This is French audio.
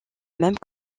même